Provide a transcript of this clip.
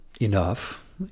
enough